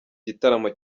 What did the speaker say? gitaramo